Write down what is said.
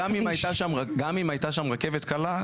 רוצה לומר שגם אם הייתה שם רכבת קלה,